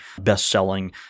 best-selling